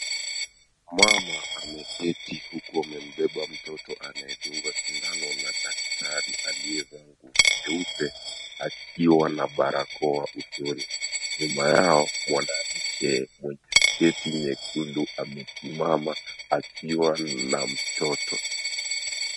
Mama ameketi huku amembeba mtoto anaedungwa sindano na daktari aliyevaa nguo nyeupe akiwa na barakoa usoni. Nyuma yao mwanamke mwenye sketi nyekundu amesimama akiwa na mtoto.